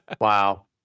Wow